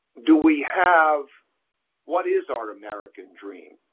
do we have what is our american dream?